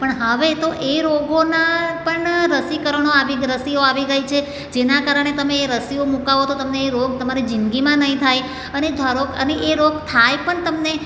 પણ હવે તો એ રોગોના પણ રસીકરણો આવી રસીઓ આવી ગઈ છે જેના કારણે તમે એ રસીઓ મુકાવો તો તમને એ રોગ તમારી જિંદગીમાં નહીં થાય અને ધારો એ રોગ થાય પણ તમને તો